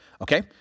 Okay